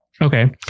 Okay